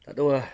tak tahu ah